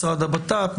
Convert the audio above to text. משרד הבט"פ,